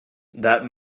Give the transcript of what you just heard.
that